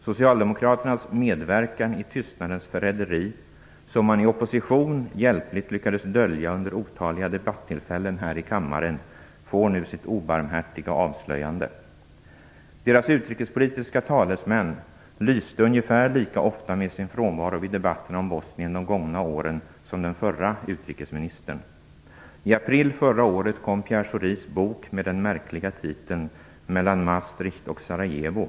Socialdemokraternas medverkan i tystnadens förräderi, som man i opposition hjälpligt lyckades dölja under otaliga debattillfällen här i kammaren, får nu sitt obarmhärtiga avslöjande. Deras utrikespolitiska talesmän lyste ungefär lika ofta med sin frånvaro vid debatterna om Bosnien under de gångna åren som den förra utrikesministern. I april förra året kom Pierre Schoris bok med den märkliga titeln Mellan Maastricht och Sarajevo.